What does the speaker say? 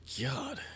God